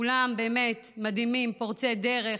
כולם באמת מדהימים, פורצי דרך,